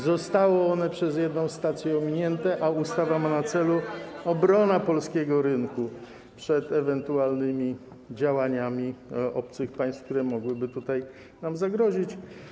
Zostało ono przez jedną stację ominięte, a ustawa ma na celu obronę polskiego rynku przed ewentualnymi działaniami obcych państw, które mogłyby nam zagrozić.